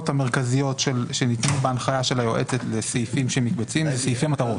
המרכזיות שניתנו בהנחיה של היועצת לסעיפים שמתבצעים זה סעיפי מטרות.